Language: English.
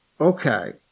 okay